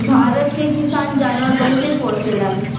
भारत के किसान जानवर बहुते पोसेलन